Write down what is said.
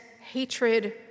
hatred